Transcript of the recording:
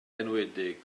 enwedig